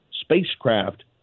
spacecraft